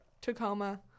Tacoma